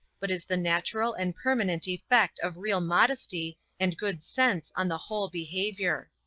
but is the natural and permanent effect of real modesty and good sense on the whole behavior.